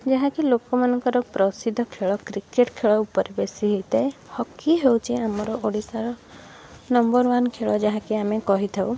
ଯାହାକି ଲୋକମାନଙ୍କର ପ୍ରସିଦ୍ଧ ଖେଳ କ୍ରିକେଟ୍ ଖେଳ ଉପରେ ବେଶୀ ହେଇଥାଏ ହକି ହେଉଛି ଆମର ଓଡିଶାର ନମ୍ବର୍ ୱାନ୍ ଖେଳ ଯାହକି ଆମେ କହିଥାଉ